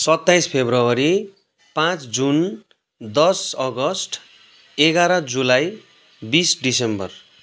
सत्ताइस फेब्रवरी पाँच जुन दस अगस्ट एघार जुलाई बिस डिसम्बर